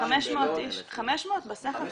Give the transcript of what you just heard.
500 בסך הכול?